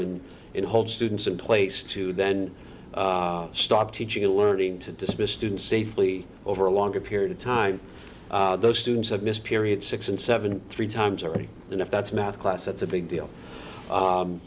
holds students in place to then stop teaching and learning to dismiss students safely over a longer period of time those students have missed periods six and seven three times already and if that's not class that's a big deal